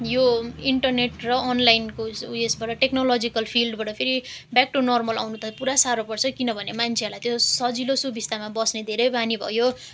यो इन्टरनेट र अनलाइनको उयसबाट टेक्नोलोजिकल फिल्डबाट फेरि ब्याक टु नर्मल आउनु त पुरा साह्रो पर्छ किनभने मान्छेहरूलाई त्यो सजिलो सुबिस्तामा बस्ने धेरै बानी भयो